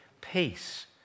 peace